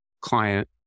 client